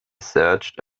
searched